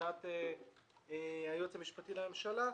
מבחינת היועץ המשפטי לממשלה,